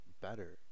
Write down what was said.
better